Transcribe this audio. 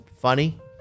funny